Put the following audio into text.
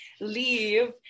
leave